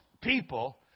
people